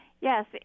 Yes